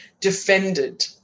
defended